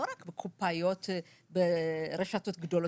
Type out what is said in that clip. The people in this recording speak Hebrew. לא רק הקופאיות ברשתות הגדולות,